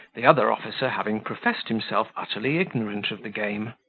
the other officer having professed himself utterly ignorant of the game